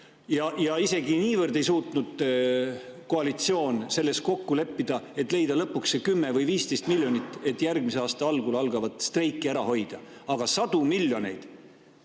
Isegi niivõrd ei suutnud koalitsioon kokku leppida, et leida lõpuks 10 või 15 miljonit eurot, et järgmise aasta algul algavat streiki ära hoida. Sadu miljoneid